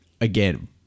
again